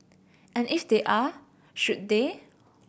and if they are should they